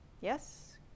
Yes